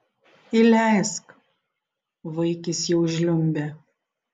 įleisk vaikis jau žliumbė